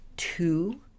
two